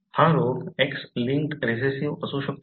हा रोग X linked recessive असू शकतो का